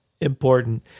important